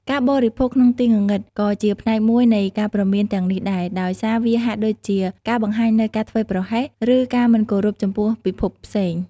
ការបរិភោគក្នុងទីងងឹត ក៏ជាផ្នែកមួយនៃការព្រមានទាំងនេះដែរ ដោយសារវាហាក់ដូចជាការបង្ហាញនូវការធ្វេសប្រហែស ឬការមិនគោរពចំពោះពិភពផ្សេង ។